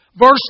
Verse